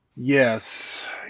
Yes